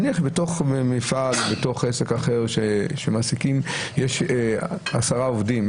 נניח שבתוך מפעל או בתוך עסק אחר שמעסיקים יש עשרה עובדים,